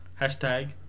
Hashtag